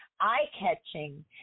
eye-catching